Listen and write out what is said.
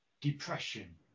depression